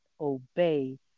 obey